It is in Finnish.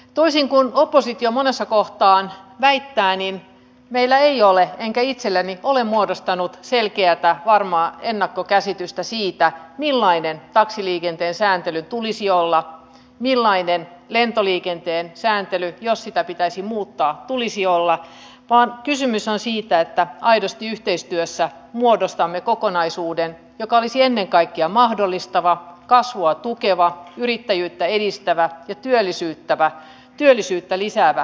toisin kuin oppositio monessa kohtaa väittää meillä ei ole enkä itselleni ole muodostanut selkeätä varmaa ennakkokäsitystä siitä millainen taksiliikenteen sääntelyn tulisi olla millainen lentoliikenteen sääntelyn jos sitä pitäisi muuttaa tulisi olla vaan kysymys on siitä että aidosti yhteistyössä muodostamme kokonaisuuden joka olisi ennen kaikkea mahdollistava kasvua tukeva yrittäjyyttä edistävä ja työllisyyttä lisäävä suomessa